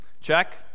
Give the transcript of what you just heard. check